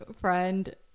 friend